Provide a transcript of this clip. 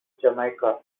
jamaica